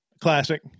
Classic